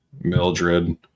Mildred